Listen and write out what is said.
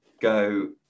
go